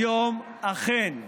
כיום אכן החוק,